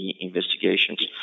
investigations